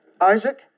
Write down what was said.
Isaac